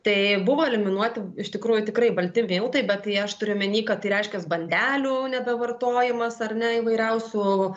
tai buvo eliminuoti iš tikrųjų tikrai balti miltai bet tai aš turiu omeny kad tai reiškias bandelių nebevartojimas ar ne įvairiausių